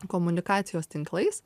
komunikacijos tinklais